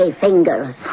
fingers